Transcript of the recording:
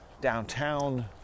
downtown